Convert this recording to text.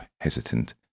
hesitant